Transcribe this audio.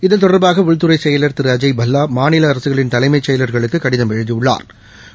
இதுதொடர்பாகஉள்துறைசெயலர் திருஅஜய் பல்லா மாநிலஅரசுகளின் தலைமைச் செயலா்களுக்குகடிதம் எழுதியுள்ளாா்